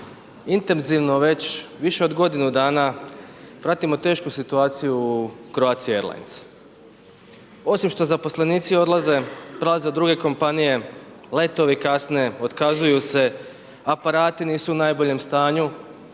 intenzivno već više od godinu dana pratimo tešku situaciju u Croatia Airlines. Osim što zaposlenici odlaze, prelaze u druge kompanije, letovi kasne, otkazuju se, aparati nisu u najboljem stanju,